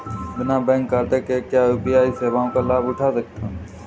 बिना बैंक खाते के क्या यू.पी.आई सेवाओं का लाभ उठा सकते हैं?